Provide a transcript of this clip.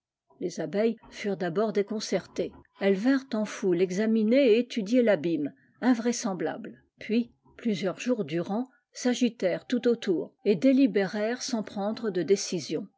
les abeilles furent d'abord déconcertées elles vinrent en foule examiner et étudier l'abîme invraisemblable et plusieurs jours durant s'agitèrent tout autour et délibérèrent sans prendre de décision